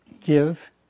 give